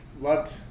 loved